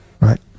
Right